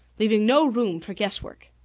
leaving no room for guess-work.